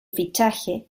fichaje